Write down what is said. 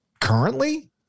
currently